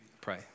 pray